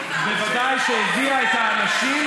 בוודאי שהביאה את האנשים,